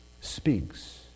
speaks